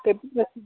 pepper ரசம்